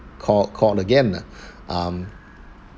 called called again ah mm